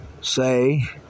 say